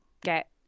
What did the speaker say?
get